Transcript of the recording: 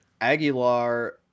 Aguilar